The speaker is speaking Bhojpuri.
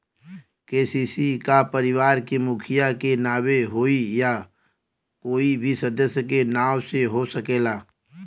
के.सी.सी का परिवार के मुखिया के नावे होई या कोई भी सदस्य के नाव से हो सकेला?